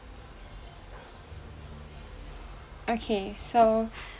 okay so